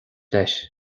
leis